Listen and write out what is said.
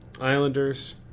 Islanders